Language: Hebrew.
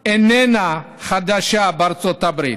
אינה חדשה בארצות הברית,